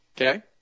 Okay